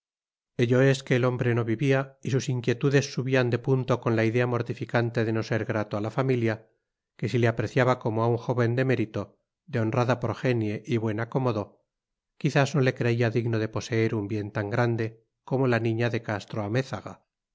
ello es que el hombre no vivía y sus inquietudes subían de punto con la idea mortificante de no ser grato a la familia que si le apreciaba como a un joven de mérito de honrada progenie y buen acomodo quizás no le creía digno de poseer un bien tan grande como la niña de castro amézaga